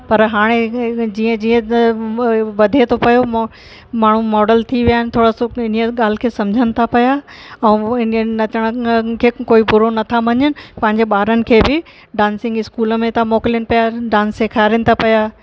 पर हाणे जीअं जीअं वधे थो पियो मो माण्हूं मॉडल थी विया आहिनि थोरो सो इन्हीअ ॻाल्हि खे सम्झनि था पिया ऐं इन्हीअ नचण खे कोई बुरो नथा मञनि पंहिंजे ॿारनि खे बि डांसिंग स्कूल में था मोकिलीनि पिया डांस सेखारीनि था पिया